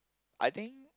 I think